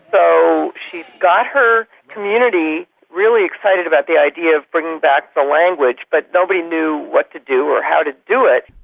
so she got her community really excited about the idea of bringing back the language, but nobody knew what to do or how to do it.